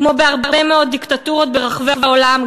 כמו בהרבה מאוד דיקטטורות ברחבי העולם,